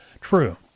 True